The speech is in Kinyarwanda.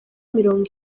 mirongo